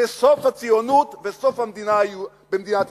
זה סוף הציונות וסוף מדינת ישראל.